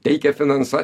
teikia finansa